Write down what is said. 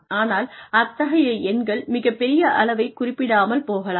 ஆனால் அத்தகைய எண்கள் மிகப்பெரிய அளவை குறிப்பிடாமல் போகலாம்